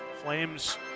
Flames